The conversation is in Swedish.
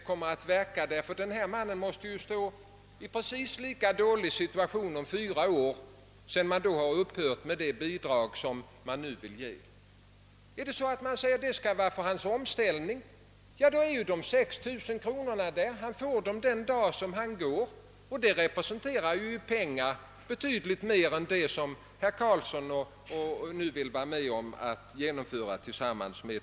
Jag upprepar att denne småbrukare om fyra år står i precis samma situation, sedan bidraget upphört att utgå. Men om bidraget skall avse hans omställning till annat yrke — ja, då får han 6 000 kronor då han går över, och det är i pengar betydligt mer än vad herr Karlsson tillsammans med de borgerliga nu vill ha beslutat.